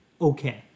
okay